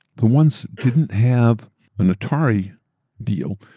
the ones didn't have an atari deal,